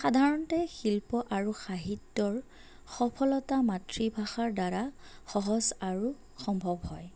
সাধাৰণতে শিল্প আৰু সাহিত্যৰ সফলতা মাতৃভাষাৰ দ্বাৰা সহজ আৰু সম্ভৱ হয়